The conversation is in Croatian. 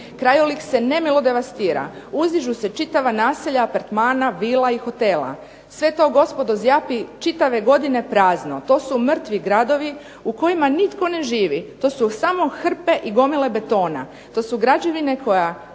Krajolik se nemilo devastira, uzdižu se čitava naselja apartmana, vila i hotela. Sve to, gospodo, zjapi čitave godine prazno. To su mrtvi gradovi u kojima nitko ne živi. To su samo hrpe i gomile betona. To su građevine koje,